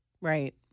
Right